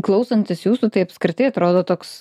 klausantis jūsų tai apskritai atrodo toks